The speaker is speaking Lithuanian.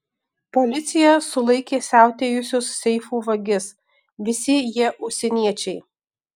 policija sulaikė siautėjusius seifų vagis visi jie užsieniečiai